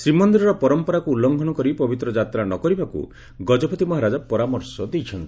ଶ୍ରୀମନ୍ଦିରର ପରମ୍ପରାକୁ ଉଲୁଘନ କରି ପବିତ୍ର ଯାତ୍ରା ନ କରିବାକୁ ଗଜପତି ମହାରାଜ ପରାମର୍ଶ ଦେଇଛନ୍ତି